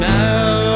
now